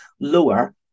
lower